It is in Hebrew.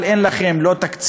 אבל אין לכם לא תקציב,